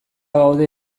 gaude